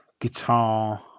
guitar